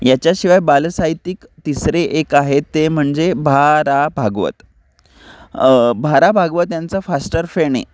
याच्याशिवाय बाल साहित्यिक तिसरे एक आहेत ते म्हणजे भा रा भागवत भा रा भागवत यांचा फास्टर फेणे